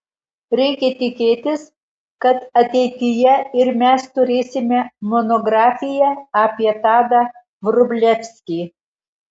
reikia tikėtis kad ateityje ir mes turėsime monografiją apie tadą vrublevskį